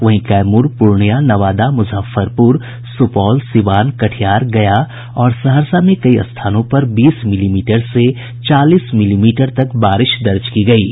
वहीं कैमूर पूर्णिया नवादा मुजफ्फरपुर सुपौल सिवान कटिहार गया और सहरसा जिले में कई स्थानों पर बीस मिलीमीटर से चालीस मिलीमीटर तक बारिश दर्ज की गयी है